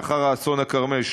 לאחר אסון הכרמל,